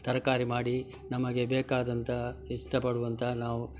ತರಕಾರಿ ಮಾಡಿ ನಮಗೆ ಬೇಕಾದಂತಹ ಇಷ್ಟ ಪಡುವಂತ ನಾವು